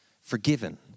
forgiven